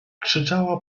krzyczała